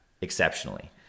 exceptionally